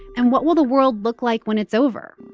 and what will the world look like when it's over?